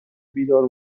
بیدار